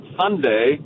Sunday